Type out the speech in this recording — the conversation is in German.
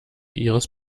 ihres